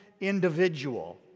individual